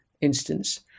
instance